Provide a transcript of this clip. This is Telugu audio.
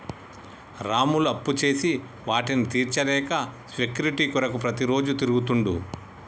రాములు అప్పుచేసి వాటిని తీర్చలేక సెక్యూరిటీ కొరకు ప్రతిరోజు తిరుగుతుండు